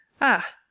Ah